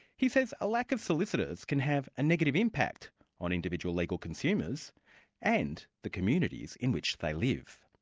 he says a lack of solicitors can have a negative impact on individual legal consumers and the communities in which they live.